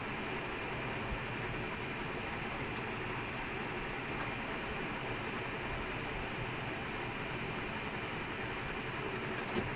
time this year and உலக:ulaga doesn't stream cohesive anymore அது தனி தனியா இருக்குற மாதிரி தான் இருக்கு:athu thani thaniyaa irukkura maadhiri dhaan irukku you see it's very separated